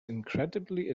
incredibly